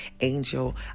angel